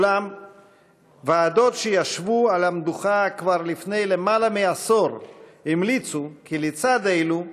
אולם ועדות שישבו על המדוכה כבר לפני למעלה מעשור המליצו כי לצד אלו,